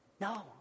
no